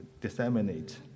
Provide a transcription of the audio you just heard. disseminate